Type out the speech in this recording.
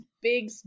big